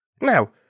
Now